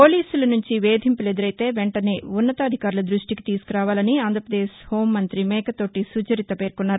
పోలీసుల నుంచి వేధింపులు ఎదురైతే వెంటనే ఉన్నతాధికారుల దృష్టికి తీసుకురావాలని ఆంధ్రాపదేశ్ హోం మంతి మేకతోటి సుచరిత పేర్కొన్నారు